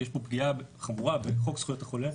יש פגיעה חמורה בחוק זכויות החולה,